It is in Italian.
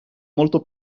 molto